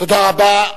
תודה רבה.